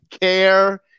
care